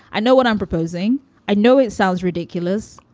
i know what i'm proposing i know it sounds ridiculous,